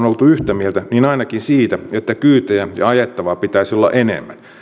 oltu yhtä mieltä niin ainakin siitä että kyytejä ja ajettavaa pitäisi olla enemmän